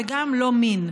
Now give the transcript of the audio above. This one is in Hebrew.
וגם לא מין.